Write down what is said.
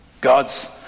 God's